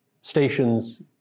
stations